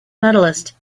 medalist